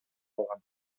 алган